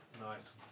Nice